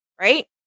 Right